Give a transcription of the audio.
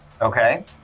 Okay